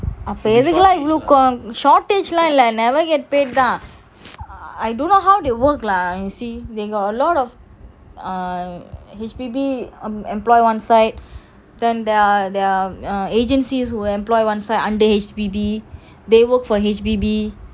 அப்போ எதுகுல இவ்ளோ:apo yeathukula ivlo shortage they never get paid I don't know how they work lah you see they got a lot of err H_P_B employ one side then there are agencies who employ one side under H_P_B they work for H_P_B